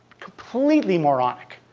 completely moronic.